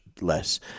less